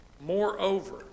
Moreover